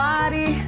Body